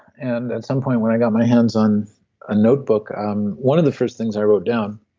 and at some point when i got my hands on a notebook um one of the first things i wrote down,